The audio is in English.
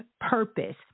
purpose